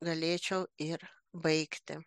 galėčiau ir baigti